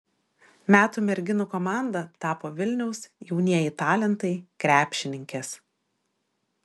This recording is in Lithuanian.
metų merginų komanda tapo vilniaus jaunieji talentai krepšininkės